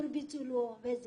שהרביצו לו.